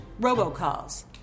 robocalls